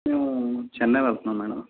మేము చెన్నై వెళ్తున్నాము మేడం